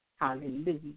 Hallelujah